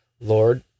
lord